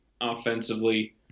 offensively